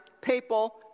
papal